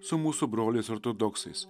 su mūsų broliais ortodoksais